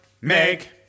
Make